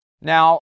Now